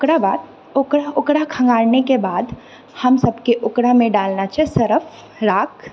ओकरा बाद ओकरा ओकरा खङ्गारने के बाद हमसभके ओकरामे डालना छै सर्फ राख